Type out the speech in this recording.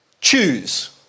choose